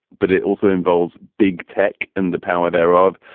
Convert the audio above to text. but it also involves big tech and the power thereof.